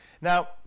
Now